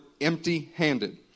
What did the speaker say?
empty-handed